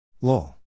Lol